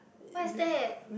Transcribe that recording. what's that